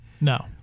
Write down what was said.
No